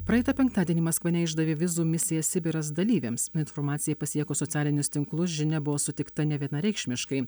praeitą penktadienį maskva neišdavė vizų misija sibiras dalyviams informacijai pasiekus socialinius tinklus žinia buvo sutikta nevienareikšmiškai